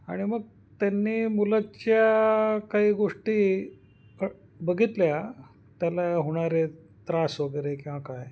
आणि मग त्यांनी मुलाच्या काही गोष्टी बघितल्या त्याला होणारे त्रास वगैरे किंवा काय